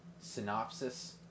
synopsis